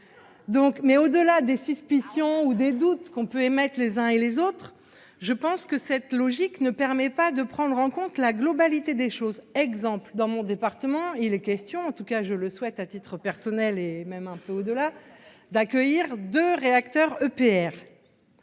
mais au-delà des suspicions ou des doutes qu'on peut émettre les uns et les autres, je pense que cette logique ne permet pas de prendre en compte la globalité des choses, exemple dans mon département, il est question en tout cas je le souhaite, à titre personnel et même un peu au-delà d'accueillir 2 réacteurs EPR.